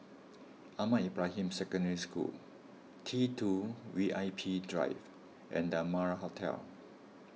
Ahmad Ibrahim Secondary School T two V I P Drive and the Amara Hotel